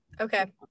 okay